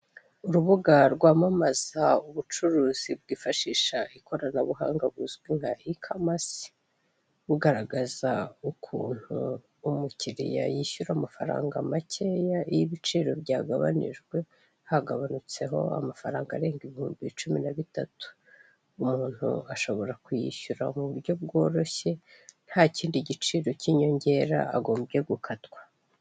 Urubuga rwamamaza ubucuruzi bwifashisha ikoranabuhanga buzwi nka ikamasi bugaragaza ukuntu umukiriya yishyura amafaranga makeya iyo ibiciro byagabanyijwe hagabanutseho amafaranga arenga ibihumbi cumi na bitatu, umuntu ashobora kuyishyura mu buryo bworoshye ntakindi giciro cy'inyongera agombwe gukatwa.